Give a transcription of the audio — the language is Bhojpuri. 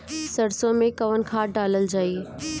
सरसो मैं कवन खाद डालल जाई?